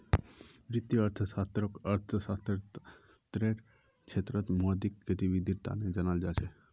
वित्तीय अर्थशास्त्ररक अर्थशास्त्ररेर क्षेत्रत मौद्रिक गतिविधीर तना जानाल जा छेक